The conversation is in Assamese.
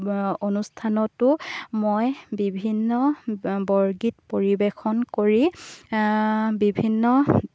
অনুষ্ঠানতো মই বিভিন্ন বৰগীত পৰিৱেশন কৰি বিভিন্ন